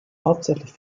hauptsächlich